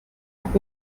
mit